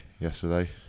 yesterday